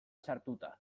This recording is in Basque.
sartuta